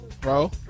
bro